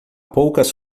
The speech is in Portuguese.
poucas